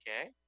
okay